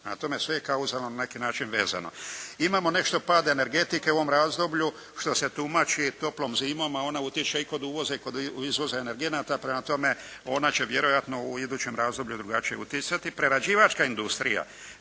razumije se./ … na neki način vezano. Imamo nešto pada energetike u ovom razdoblju što se tumači toplom zimom, a ona utječe i kod uvoza i kod izvoza energenata, prema tome ona će vjerojatno u idućem razdoblju drugačije utjecati. Prerađivačka industrija